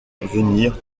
venir